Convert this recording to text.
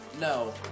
No